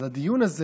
אז הדיון הזה